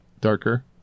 darker